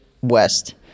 West